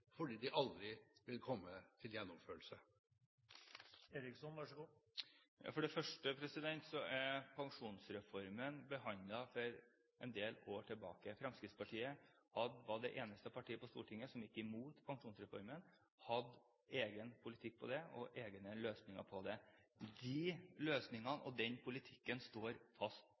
fordi de aldri vil komme til gjennomførelse? For det første er pensjonsreformen behandlet for en del år tilbake. Fremskrittspartiet var det eneste partiet på Stortinget som gikk imot pensjonsreformen, hadde egen politikk og egne løsninger på det. De løsningene og den politikken står fast